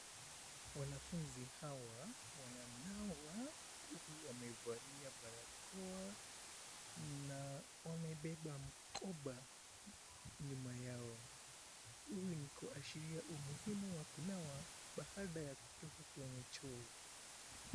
Wanafunzi hawa wananawa huku wamevalia barakoa na wamebeba mkoba nyuma yao. Huu ni kuashiria umuhimu wa kunawa baada ya kutoka kwenye choo.